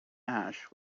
ash